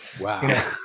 Wow